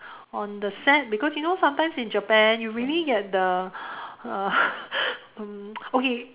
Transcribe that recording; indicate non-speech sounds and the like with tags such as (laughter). on the set because you know sometimes in Japan you really get the (noise) uh um okay